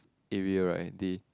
area right they